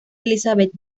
elizabeth